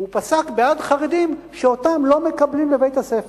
הוא פסק בעד חרדים שאותם לא מקבלים לבית-הספר.